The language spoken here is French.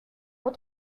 pas